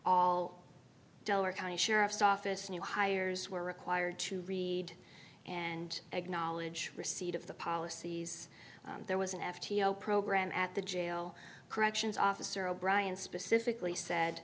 all deller county sheriff's office new hires were required to read and acknowledge receipt of the policies there was an f b o program at the jail corrections officer o'brien specifically said